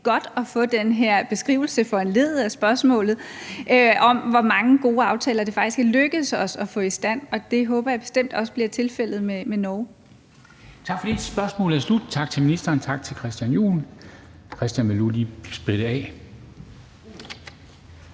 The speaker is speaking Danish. godt at få den her beskrivelse foranlediget af spørgsmålet om, hvor mange gode aftaler det faktisk er lykkedes os at få i stand. Det håber jeg bestemt også bliver tilfældet med Norge. Kl. 13:48 Formanden (Henrik Dam Kristensen): Tak for det. Spørgsmålet er slut. Tak til ministeren, og tak til Christian Juhl, som nu lige vil spritte af.